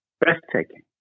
breathtaking